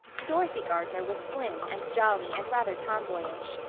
dorothy gardner was slim and jolly and rather tomboyish.